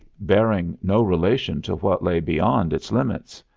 bearing no relation to what lay beyond its limits.